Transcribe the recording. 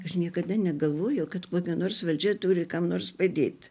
aš niekada negalvojau kad kokia nors valdžia turi kam nors padėt